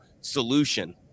solution